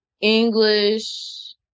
English